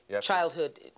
Childhood